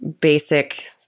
basic